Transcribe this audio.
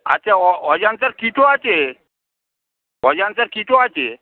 আচ্ছা অজন্তার কিটো আছে অজন্তার কিটো আছে